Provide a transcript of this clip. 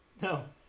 No